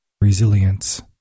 Resilience